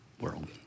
World